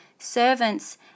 Servants